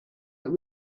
but